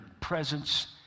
presence